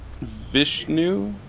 Vishnu